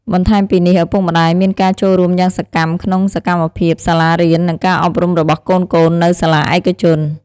បន្ថែមពីនេះ ឪពុកម្តាយមានការចូលរួមយ៉ាងសកម្មក្នុងសកម្មភាពសាលារៀន និងការអប់រំរបស់កូនៗនៅសាលាឯកជន។